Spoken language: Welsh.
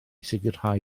sicrhau